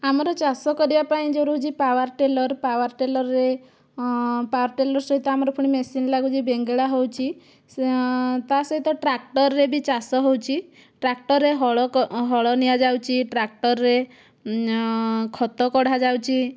ଆମର ଚାଷ କରିବାପାଇଁ ଯେଉଁ ରହୁଛି ପାୱାର ଟିଲର ପାୱାର ଟିଲରରେ ପାୱାର ଟିଲର ସହିତ ଆମର ପୁଣି ମେସିନ୍ ଲାଗୁଛି ବେଙ୍ଗଳା ହେଉଛି ତା' ସହିତ ଟ୍ରାକ୍ଟରରେ ବି ଚାଷ ହେଉଛି ଟ୍ରାକ୍ଟରରେ ହଳ କ ହଳ ନିଆଯାଉଛି ଟ୍ରାକ୍ଟରରେ ଖତ କଢ଼ା ଯାଉଛି